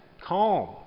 calm